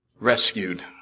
rescued